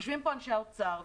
יושבים פה אנשי האוצר,